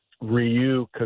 Ryu